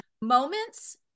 moments